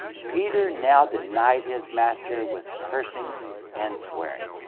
peter now denied his master with cursing and swearing.